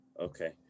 Okay